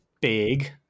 big